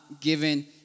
given